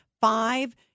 five